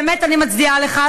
ובאמת אני מצדיעה לך,